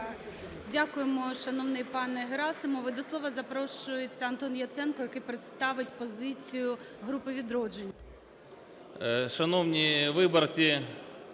Дякуємо, шановний пане Герасимов. І до слова запрошується Антон Яценко, який представить позицію групи "Відродження".